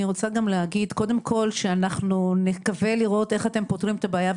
נשמח לראות איך אתם פותרים את הבעיה,